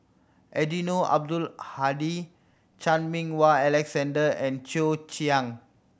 Eddino Abdul Hadi Chan Meng Wah Alexander and Cheo Chiang